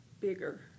bigger